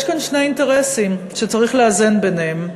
יש כאן שני אינטרסים שצריך לאזן ביניהם.